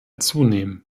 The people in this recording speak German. zunehmen